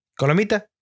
Colomita